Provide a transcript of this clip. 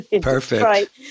Perfect